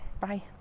Bye